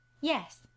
yes